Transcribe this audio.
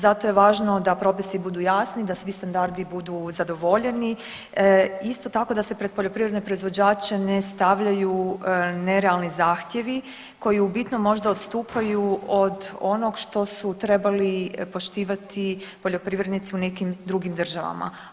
Zato je važno da propisi budu jasni, da svi standardi budu zadovoljeni i isto tako da se pred poljoprivredne proizvođače ne stavljaju nerealni zahtjevi koji u bitnom možda odstupaju od onog što su trebali poštivati poljoprivrednici u nekim drugim državama.